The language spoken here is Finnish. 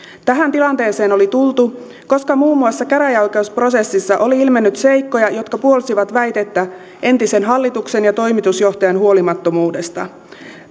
tähän tilanteeseen oli tultu koska muun muassa käräjäoikeusprosessissa oli ilmennyt seikkoja jotka puolsivat väitettä entisen hallituksen ja toimitusjohtajan huolimattomuudesta